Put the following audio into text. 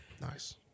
Nice